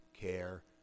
care